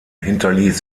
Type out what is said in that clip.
hinterließ